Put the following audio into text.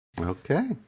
Okay